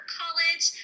college